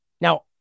Now